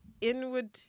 inward